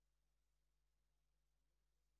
כיוון שלא הוקמה,